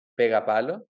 pegapalo